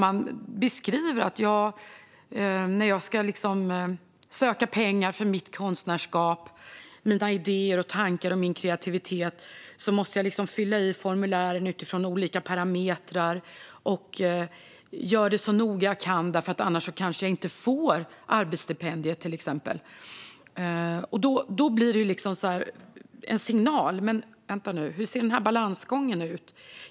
Man beskriver det så här: När jag ska söka pengar för mitt konstnärskap, mina idéer och tankar och min kreativitet måste jag fylla i formulären utifrån olika parametrar. Jag gör det så noga jag kan. Annars kanske jag inte får arbetsstipendiet, till exempel. Det blir liksom en signal: Men vänta nu, hur ser balansgången ut?